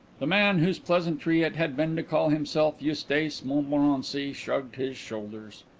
the man whose pleasantry it had been to call himself eustace montmorency shrugged his shoulders.